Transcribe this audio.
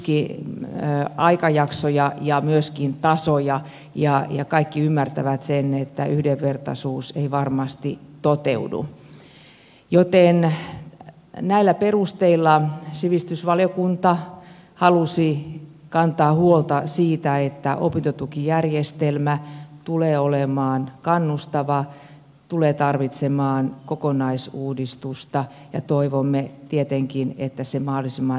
kieli eripituisia opintotukiaikajaksoja ja myöskin tasoja ja kaikki ymmärtävät sen että yhdenvertaisuus ei varmasti toteudu joten näillä perusteilla sivistysvaliokunta halusi kantaa huolta siitä että opintotukijärjestelmä tulee olemaan kannustava ja tulee tarvitsemaan kokonaisuudistusta ja toivomme tietenkin että se mahdollisimman nopeasti tapahtuu